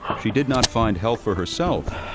she did not find health for herself,